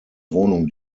wohnung